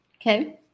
Okay